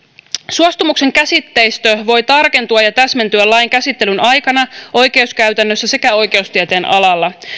suostumuksen käsitteistö voi tarkentua ja täsmentyä lain käsittelyn aikana oikeuskäytännössä sekä oikeustieteen alalla